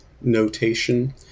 notation